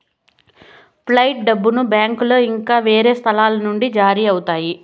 fight డబ్బును బ్యాంకులో ఇంకా వేరే సంస్థల నుండి జారీ అవుతాయి